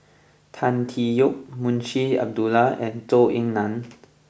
Tan Tee Yoke Munshi Abdullah and Zhou Ying Nan